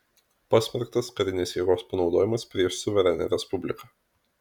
pasmerktas karinės jėgos panaudojimas prieš suverenią respubliką